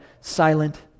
silent